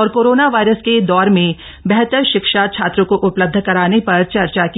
और corona virus के दौर में बेहतर शिक्षा छात्रों को उप्लब्ध कराने पर चर्चा की